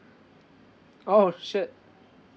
oh shit